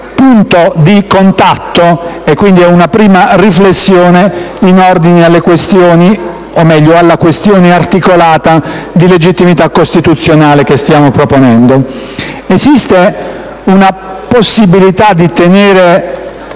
punto di contatto, e quindi a una prima riflessione, in ordine alla questione articolata di legittimità costituzionale che stiamo proponendo. Esiste una possibilità di tenere